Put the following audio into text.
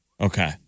Okay